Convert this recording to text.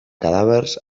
cadàvers